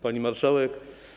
Pani Marszałek!